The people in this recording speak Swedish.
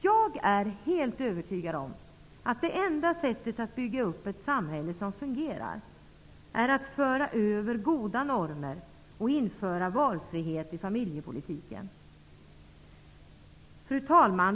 Jag är helt övertygad om att det enda sättet att bygga upp ett samhälle som fungerar är att föra över goda normer och införa valfrihet i familjepolitiken. Fru talman!